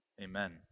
Amen